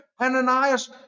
Ananias